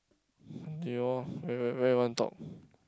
do you where where where you want to talk